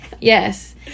Yes